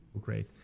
great